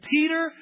Peter